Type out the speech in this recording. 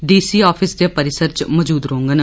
DC office दे परिसर च मौजूद रोङन